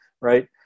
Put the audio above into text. right